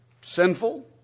sinful